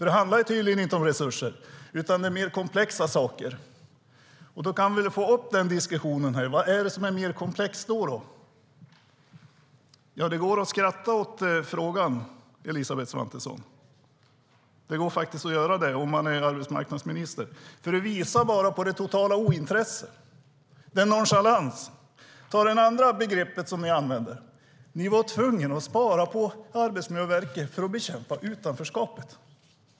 Det handlar tydligen inte om resurser utan om mer komplexa saker. Då kan vi väl ta upp den diskussionen här? Vad är det som är mer komplext? Ja, det går att skratta åt frågan, Elisabeth Svantesson, om man är arbetsmarknadsminister. Det visar bara på det totala ointresset och på nonchalans. Jag kan ta upp det andra begreppet som ni använder, nämligen att ni var tvungna att spara på Arbetsmiljöverket för att bekämpa utanförskapet.